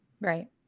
Right